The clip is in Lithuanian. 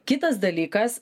kitas dalykas